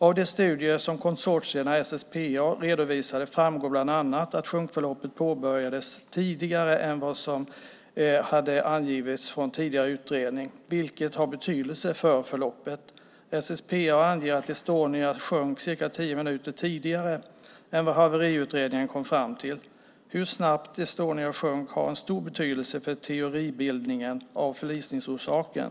Av de studier som konsortiet SSPA redovisade framgår bland annat att sjunkförloppet påbörjades tidigare än vad som hade angivits av tidigare utredning, vilket har betydelse för förloppet. SSPA anger att Estonia sjönk cirka tio minuter tidigare än vad haveriutredningen kom fram till. Hur snabbt Estonia sjönk har stor betydelse för teoribildningen av förlisningsorsaken.